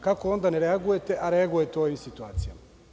Kako onda ne reagujete, a reagujete u ovim situacijama?